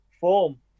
form